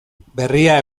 berria